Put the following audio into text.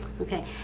Okay